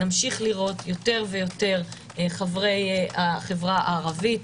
נמשיך לראות יותר ויותר חברי החברה הערבית,